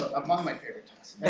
among my favorite